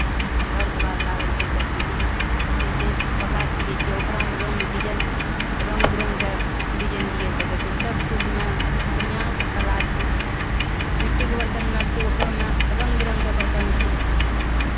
घर दुआरि लागै छै देखयमे जइसे कपड़ा सियै छियै ओकरामे रङ्ग डिजाइन रङ्ग बिरङ्गके डिजाइन दऽ सकै छियै सभकिछुमे बढ़िआँ कला छै मिट्टीके बरतन बनाबै छियै ओकरोमे रङ्ग बिरङ्गके बरतन छै